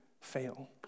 fail